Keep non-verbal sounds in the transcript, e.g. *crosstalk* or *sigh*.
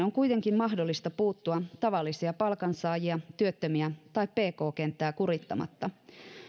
*unintelligible* on kuitenkin mahdollista puuttua tavallisia palkansaajia työttömiä tai pk kenttää kurittamatta